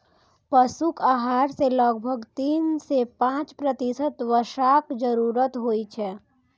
पशुक आहार मे लगभग तीन सं पांच प्रतिशत वसाक जरूरत होइ छै